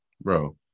bro